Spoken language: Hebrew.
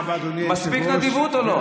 מספיק אדיבות או לא?